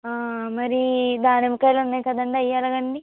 మరి దానిమ్మకాయలున్నాయి కదండి అయ్యెలాగండి